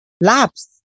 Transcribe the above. labs